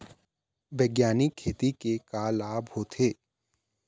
बैग्यानिक खेती के का लाभ होथे?